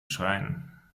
schreien